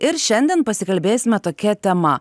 ir šiandien pasikalbėsime tokia tema